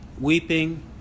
weeping